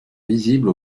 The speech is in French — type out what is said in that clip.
visibles